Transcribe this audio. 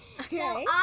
Okay